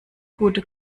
gute